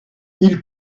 ils